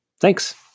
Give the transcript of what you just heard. Thanks